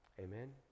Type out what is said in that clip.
Amen